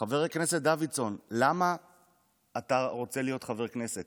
חבר הכנסת דוידסון, למה אתה רוצה להיות חבר כנסת?